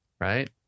right